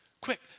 Quick